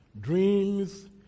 Dreams